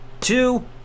two